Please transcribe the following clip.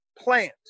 plant